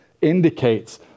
indicates